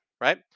right